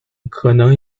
可能